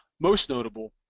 most notable,